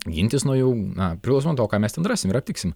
gintis nuo jų na priklauso nuo to ką mes ten rasim ir aptiksim